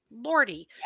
Lordy